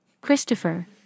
Christopher